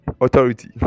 authority